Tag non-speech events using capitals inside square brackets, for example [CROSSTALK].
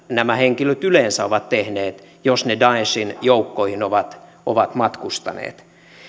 [UNINTELLIGIBLE] nämä henkilöt yleensä ovat tehneet jos he daeshin joukkoihin ovat ovat matkustaneet